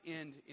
end